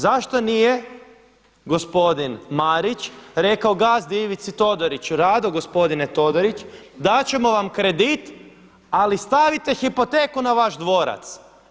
Zašto nije gospodin Marić rekao gazdi Ivici Todoriću, rado gospodine Todorić, dati ćemo vam kredit ali stavite hipoteku na vaš dvorac.